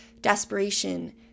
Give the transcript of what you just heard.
desperation